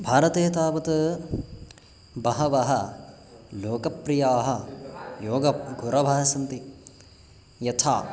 भारते तावत् बहवः लोकप्रियाः योगगुरवः सन्ति यथा